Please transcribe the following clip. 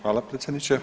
Hvala predsjedniče.